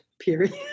Period